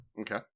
Okay